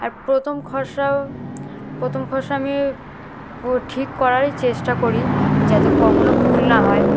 আর প্রথম খসড়াও প্রথম খসড়া আমি ঠিক করারই চেষ্টা করি যাতে কখনও ভুল না হয়